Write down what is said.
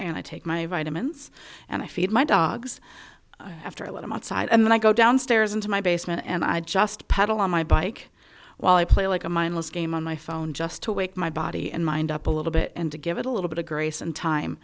and i take my vitamins and i feed my dogs after a lot of outside and then i go downstairs into my basement and i just pedal on my bike while i play like a mindless game on my phone just to wake my body and mind up a little bit and to give it a little bit of grace and time